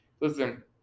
listen